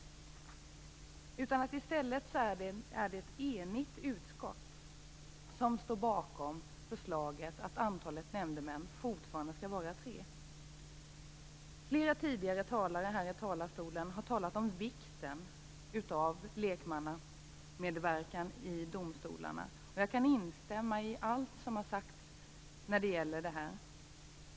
I stället är det ett enigt utskott som står bakom förslaget att antalet nämndemän fortfarande skall vara tre. Flera talare har tidigare här i talarstolen talat om vikten av lekmannamedverkan i domstolarna, och jag kan instämma i allt som har sagts när det gäller det här.